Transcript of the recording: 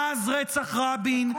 מאז רצח רבין,